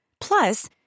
Plus